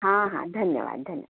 हां हां धन्यवाद धन्य